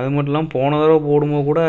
அது மட்டும் இல்லாமல் போன தடவ போடும் போது கூட